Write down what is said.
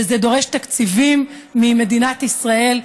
וזה דורש תקציבים ממדינת ישראל,